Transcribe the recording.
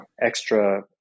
extra